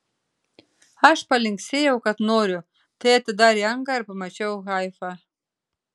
aš palinksėjau kad noriu tai atidarė angą ir pamačiau haifą